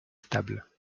stables